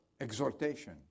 exhortation